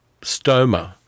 stoma